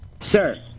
Sir